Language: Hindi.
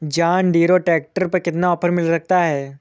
जॉन डीरे ट्रैक्टर पर कितना ऑफर मिल सकता है?